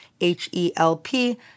H-E-L-P